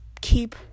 keep